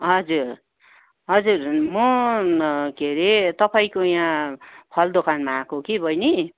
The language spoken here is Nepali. हजुर हजुर म के अरे तपाईँको यहाँ फल दोकानमा आएको कि बहिनी